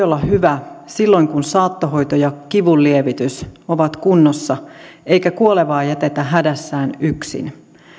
olla hyvä silloin kun saattohoito ja kivunlievitys ovat kunnossa eikä kuolevaa jätetä hädässään yksin